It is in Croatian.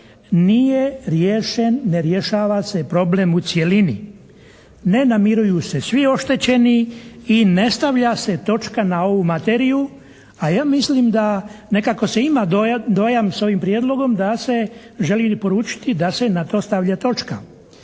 nije riješen, ne rješava se problem u cjelini. Ne namiruju se svi oštećeni i ne stavlja se točka na ovu materiju a ja mislim da nekako se ima dojam sa ovim prijedlogom da se želi poručiti da se na to stavlja točka.